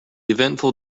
eventful